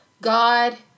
God